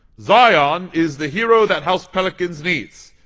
zion is the hero that house pelicans needs,